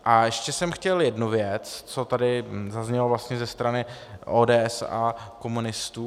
A ještě jsem chtěl jednu věc, co tady zaznělo vlastně ze strany ODS a komunistů.